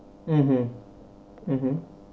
mmhmm